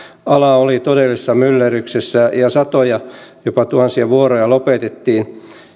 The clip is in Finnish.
ala oli todellisessa myllerryksessä ja satoja jopa tuhansia vuoroja lopetettiin